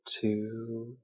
two